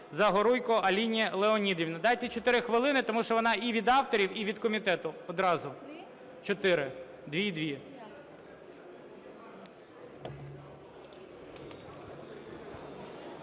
Загоруйко Аліні Леонідівні. Дайте 4 хвилини, тому що вона і від авторів, і від комітету одразу. 4, 2 і 2.